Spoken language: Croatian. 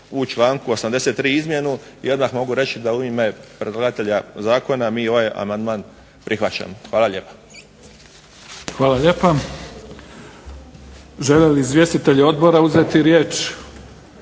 u članku 83. izmjenu, i odmah mogu reći da u ime predlagatelja zakona mi ovaj amandman prihvaćamo. Hvala lijepa. **Mimica, Neven (SDP)** Hvala lijepa. Žele li izvjestitelji odbora uzeti riječ?